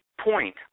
point